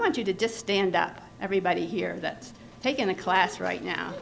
want you to just stand up everybody here that's taken a class right now